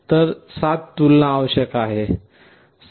तर 7 तुलना आवश्यक आहे